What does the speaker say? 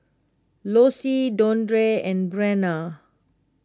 Lossie Dondre and Breanna